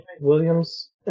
Williams